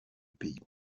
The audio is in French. pays